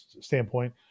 standpoint